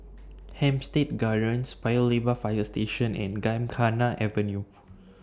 Hampstead Gardens Paya Lebar Fire Station and Gymkhana Avenue